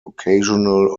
occasional